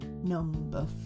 number